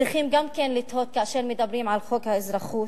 צריכים גם כן לתהות, כאשר מדברים על חוק האזרחות,